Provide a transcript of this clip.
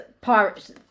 pirates